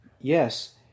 yes